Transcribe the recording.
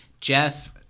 Jeff